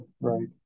right